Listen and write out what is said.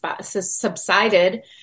subsided